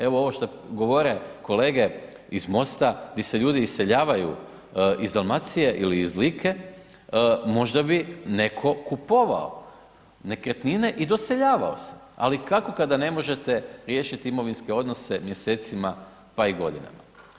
Evo šta govore kolege iz MOST-a di se ljudi iseljavaju iz Dalmacije ili iz Like možda bi netko kupovao nekretnine i doseljavao se, ali kako kada ne možete riješiti imovinske odnose mjesecima, pa i godinama.